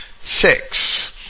Six